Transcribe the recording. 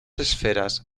esferas